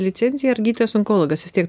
licencija ar gydytojas onkologas vis tiek